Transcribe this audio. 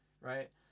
right